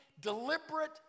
deliberate